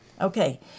okay